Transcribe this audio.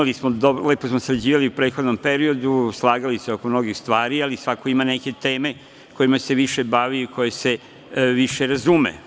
Lepo smo sarađivali u prethodnom periodu, slagali se oko mnogih stvari, ali svako ima neke teme kojima se više bavi i u koje se više razume.